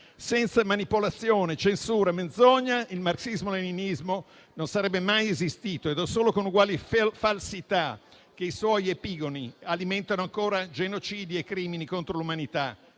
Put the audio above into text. Senza manipolazione, censura e menzogna, il marxismo-leninismo non sarebbe mai esistito ed è solo con uguali falsità che i suoi epigoni alimentano ancora genocidi e crimini contro l'umanità